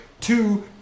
two